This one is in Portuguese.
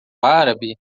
árabe